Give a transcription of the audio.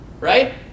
right